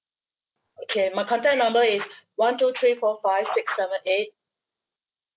okay my contact number is one two three four five six seven eight